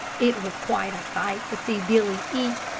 it was quite a sight to see billy eat.